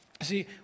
See